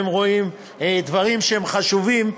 הם רואים דברים שהם חשובים,